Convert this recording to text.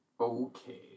Okay